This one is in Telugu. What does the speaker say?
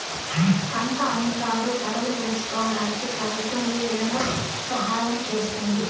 పంట అమ్ముతారు ధరలు తెలుసుకోవడానికి ప్రభుత్వం ఏ విధంగా సహాయం చేస్తుంది?